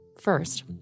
First